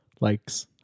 Likes